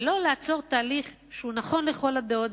ולא לעצור תהליך שהוא נכון לכל הדעות,